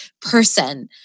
person